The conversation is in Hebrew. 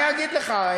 אני אגיד לך,